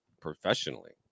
professionally